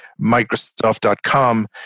Microsoft.com